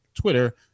Twitter